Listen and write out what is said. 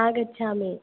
आगच्छामि